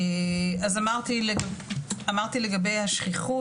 אז אמרתי לגבי השכיחות,